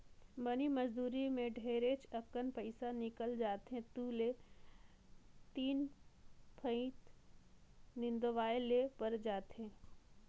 बनी मजदुरी मे ढेरेच अकन पइसा निकल जाथे दु ले तीन फंइत निंदवाये ले पर जाथे